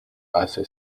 hace